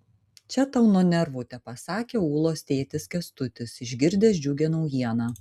čia tau nuo nervų tepasakė ulos tėtis kęstutis išgirdęs džiugią naujieną